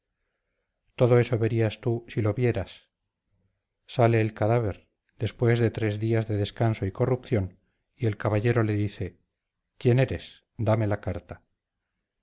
todo eso verías tú si lo vieras sale el cadáver después de tres días de descanso y corrupción y el caballero le dice quién eres dame la carta